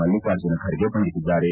ಮಲ್ಲಿಕಾರ್ಜುನ ಖರ್ಗೆ ಬಣ್ಣಿಸಿದ್ದಾರೆ